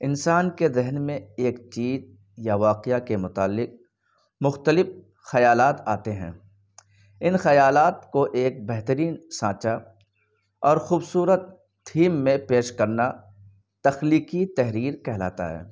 انسان کے ذہن میں ایک چیز یا واقعہ کے متعلق مختلف خیالات آتے ہیں ان خیالات کو ایک بہترین سانچہ اور خوبصورت تھیم میں پیش کرنا تخلیقی تحریر کہلاتا ہے